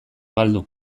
galdu